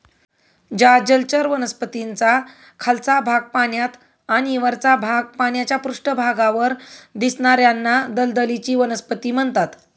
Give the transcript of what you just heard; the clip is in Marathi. ज्या जलचर वनस्पतींचा खालचा भाग पाण्यात आणि वरचा भाग पाण्याच्या पृष्ठभागावर दिसणार्याना दलदलीची वनस्पती म्हणतात